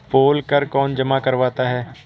पोल कर कौन जमा करवाता है?